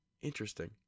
Interesting